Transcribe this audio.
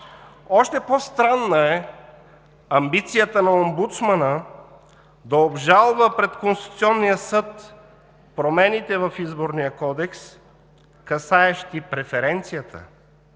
Още по-странна е амбицията на омбудсмана да обжалва пред Конституционния съд промените в Изборния кодекс, касаещи преференцията,